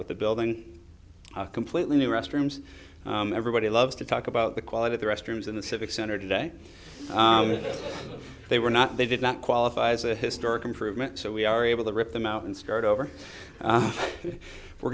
with the building completely new restrooms everybody loves to talk about the quality of the restrooms in the civic center today they were not they did not qualify as a historic improvement so we are able to rip them out and start over we're